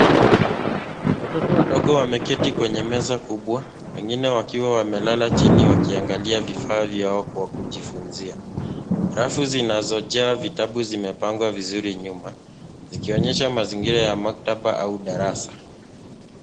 Watoto wadogo wameketi kwenye meza kubwa, wengine wakiwa wamelala chini ,wakiangalia vifaa vyao kwa kujifunzia. Rafu zinazojaa vitabu zimepangwa vizuri nyuma , Zikionyesha mazingira ya maktaba au darasa.